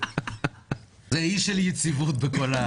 אי של יציבות.